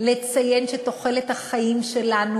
לציין שתוחלת החיים שלנו,